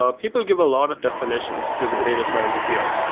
ah people give a lot of definitions to the data science field,